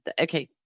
okay